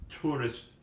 tourist